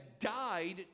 died